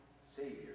Savior